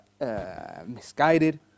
misguided